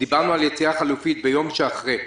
דיברנו על יציאה חלופית ביום שאחרי.